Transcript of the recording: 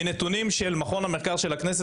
מנתוני מכון המחקר של הכנסת,